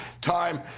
time